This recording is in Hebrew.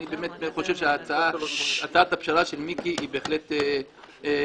אני חושב שהצעת הפשרה של מיקי היא בהחלט הוגנת.